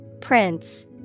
Prince